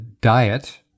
diet